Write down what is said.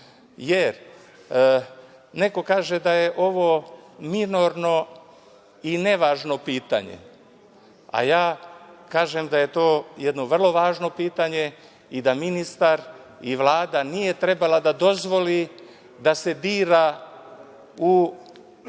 jer neko kaže da je ovo minorno i nevažno pitanje, a ja kažem da je to jedno vrlo važno pitanje i da ministar i Vlada nisu trebali da dozvole da se dira u